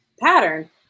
pattern